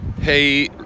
hey